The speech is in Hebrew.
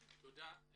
תודה.